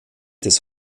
des